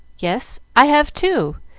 yes, i have too!